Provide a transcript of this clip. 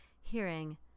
hearing